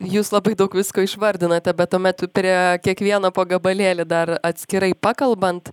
jūs labai daug visko išvardinote bet tuomet prie kiekvieno po gabalėlį dar atskirai pakalbant